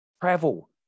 Travel